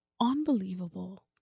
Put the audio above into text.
unbelievable